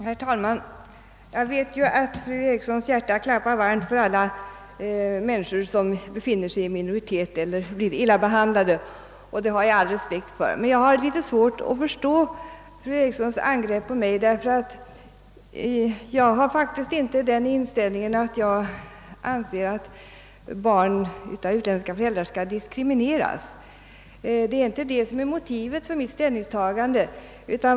Herr talman! Jag vet att fru Erikssons hjärta klappar varmt för alla människor som befinner sig i minoritet eller blir illa behandlade, och det har jag all respekt för. Men jag har litet svårt att förstå fru Erikssons angrepp på mig, ty jag har inte den inställningen att barn av utländska föräldrar skulle diskrimineras. Det är inte det som är motivet för mitt ställningstagande.